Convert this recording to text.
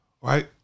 right